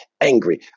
angry